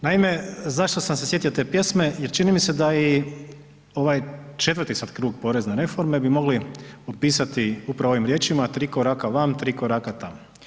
Naime, zašto sam se sjetio te pjesme jer čini mi se da je i ovaj četvrti sad krug porezne reforme bi mogli opisati upravo ovim riječima tri koraka vam, tri koraka tam.